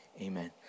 Amen